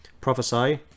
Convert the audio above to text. Prophesy